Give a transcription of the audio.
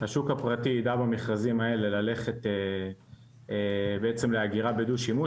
השוק הפרטי ידע במכרזים האלה ללכת בעצם לאגירה בדו-שימוש